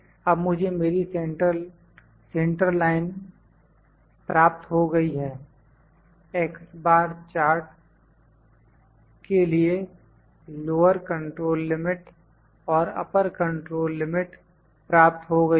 अब मुझे मेरी सेंटर लाइन प्राप्त हो गई है x बार चार्ट के लिए लोअर कंट्रोल लिमिट और अपर कंट्रोल लिमिट प्राप्त हो गई हैं